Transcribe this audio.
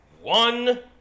one